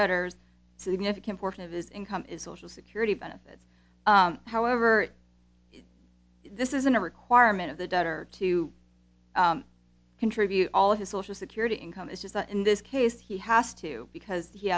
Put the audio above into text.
debtors significant portion of his income is social security benefits however this isn't a requirement of the debtor to contribute all his social security income is just in this case he has to because he